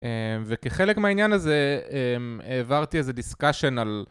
וכחלק מהעניין הזה העברתי איזה discussion על